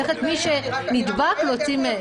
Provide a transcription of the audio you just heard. צריך את מי שנדבק להוציא מהעסק.